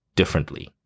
differently